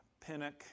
Pinnock